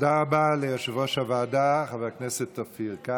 לא בזכות החוק הזה.